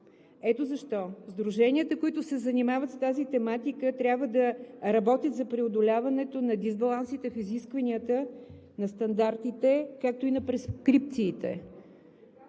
Ето защо сдруженията, които се занимават с тази тематика, трябва да работят за преодоляването на дисбалансите в изискванията на стандартите, както и на прескрипциите.